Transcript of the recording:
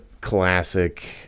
classic